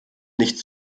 nicht